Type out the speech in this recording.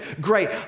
great